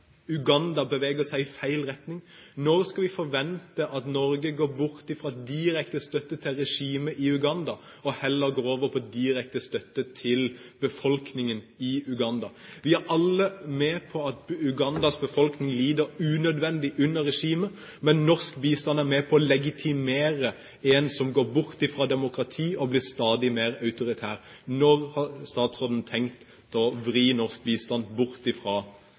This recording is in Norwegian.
Uganda beveger seg i feil retning. Når skal vi forvente at Norge går bort fra direkte støtte til regimet i Uganda, og heller går over på direkte støtte til befolkningen i Uganda? Vi er alle med på at Ugandas befolkning lider unødvendig under regimet, men norsk bistand er med på å legitimere en som går bort fra demokrati og blir stadig mer autoritær. Når har statsråden tenkt å vri norsk bistand bort